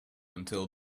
until